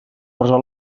resol